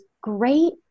great